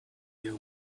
there